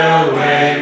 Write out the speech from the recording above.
away